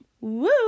woo